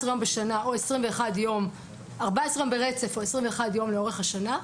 21 יום לאורך השנה.